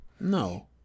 No